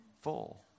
full